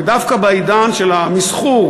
ודווקא בעידן של המסחור,